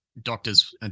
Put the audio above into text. doctors